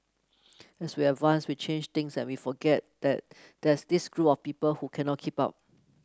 as we advance we change things and we forget that there's this group of people who cannot keep up